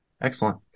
Excellent